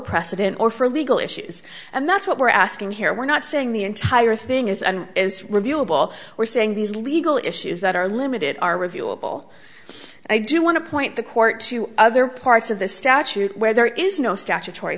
precedent or for legal issues and that's what we're asking here we're not saying the entire thing is and is reviewable we're saying these legal issues that are limited are reviewable and i do want to point the court to other parts of the statute where there is no statutory